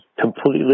completely